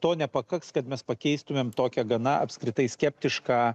to nepakaks kad mes pakeistumėm tokią gana apskritai skeptišką